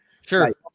Sure